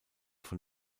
von